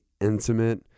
intimate